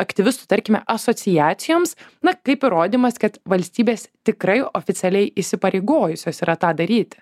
aktyvistų tarkime asociacijoms na kaip įrodymas kad valstybės tikrai oficialiai įsipareigojusios yra tą daryti